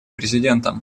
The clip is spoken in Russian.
президентом